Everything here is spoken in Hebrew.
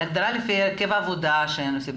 להגדרה לפי העבודה שהן עושות?